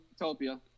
utopia